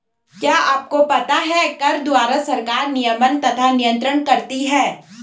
क्या आपको पता है कर द्वारा सरकार नियमन तथा नियन्त्रण करती है?